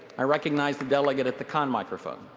i recognize the delegate at the con microphone.